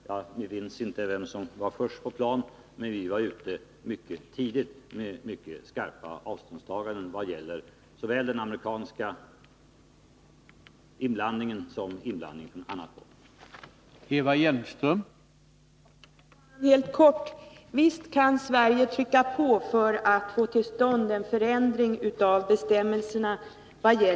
Jag minns inte vem som var först på plan, men vi var ute mycket tidigt med mycket skarpa avståndstaganden från såväl den amerikanska inblandningen som inblandning från annat håll.